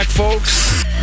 Folks